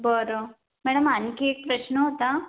बरं मॅडम आणखी एक प्रश्न होता